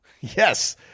Yes